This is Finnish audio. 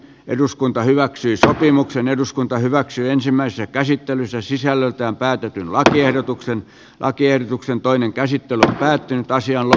eduskunta hyväksyi sopimuksen eduskunta hyväksyi ensimmäisen käsittelyssä sisällöltään päätetyn lakiehdotuksen lakiehdotuksen toinen käsittely käytiin taisi olla